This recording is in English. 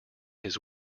his